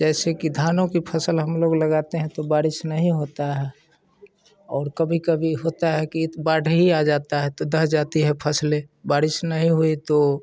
जैसे कि धानों की फ़सल हम लोग लगाते हैं तो बारिश नहीं होती है और कभी कभी होता है कि बाढ़ ही आ जाती है तो ढह जाती है फ़सलें बारिश नहीं हुई तो